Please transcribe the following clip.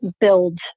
build